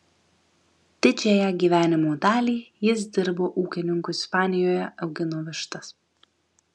didžiąją gyvenimo dalį jis dirbo ūkininku ispanijoje augino vištas